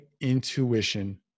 intuition